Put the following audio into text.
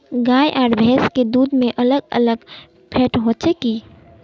गाय आर भैंस के दूध में अलग अलग फेट होचे की?